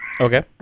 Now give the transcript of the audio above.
Okay